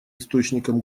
источником